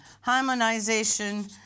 harmonization